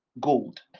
gold